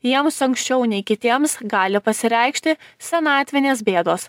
jiems anksčiau nei kitiems gali pasireikšti senatvinės bėdos